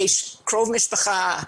יש קרוב משפחה,